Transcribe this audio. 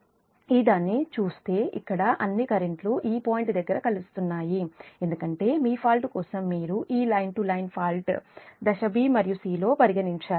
మీరు ఈ దాన్ని చూస్తే ఇక్కడ అన్ని కరెంట్ లు ఈ పాయింట్ దగ్గర కలుస్తున్నాయి ఎందుకంటే మీ ఫాల్ట్ కోసం మీరు ఈ లైన్ టు లైన్ ఫాల్ట్ దశ బి మరియు సి లో పరిగణించారు